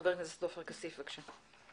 חבר הכנסת עופר כסיף, בבקשה.